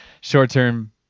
short-term